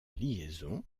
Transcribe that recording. liaison